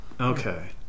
Okay